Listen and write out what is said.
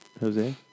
Jose